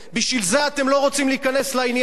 בשביל זה אתם לא רוצים להיכנס לעניין.